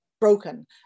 broken